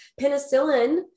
Penicillin